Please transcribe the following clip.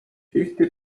fifty